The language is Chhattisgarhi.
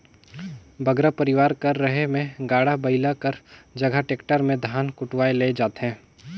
बगरा परिवार कर रहें में गाड़ा बइला कर जगहा टेक्टर में धान कुटवाए ले जाथें